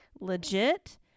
legit